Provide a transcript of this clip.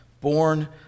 born